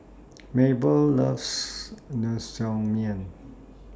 Maebelle loves Naengmyeon